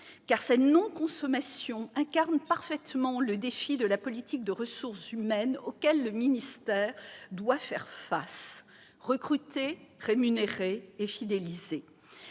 car cette non-consommation incarne parfaitement le défi de la politique de ressources humaines, auquel le ministère doit faire face : recruter, rémunérer et fidéliser.